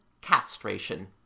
castration